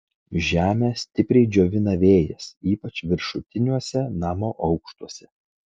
žemę stipriai džiovina vėjas ypač viršutiniuose namo aukštuose